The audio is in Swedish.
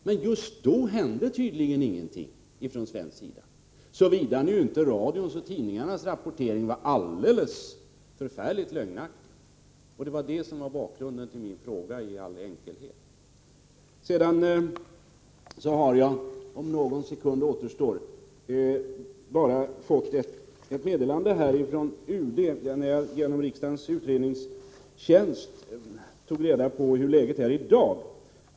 Men i början hände tydligen ingenting från svensk sida — såvida inte radions och tidningarnas rapportering var helt lögnaktig. Sådan var i all enkelhet bakgrunden till min fråga. Jag har nu läst ett färskt meddelande från UD, genom att riksdagens utredningstjänst tog reda på hur läget är i dag.